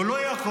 הוא לא יכול.